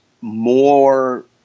more